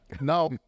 Now